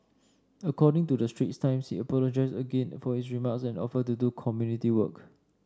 according to the Straits Times he apologised again for his remarks and offered to do community work